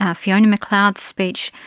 ah fiona mcleod's speech,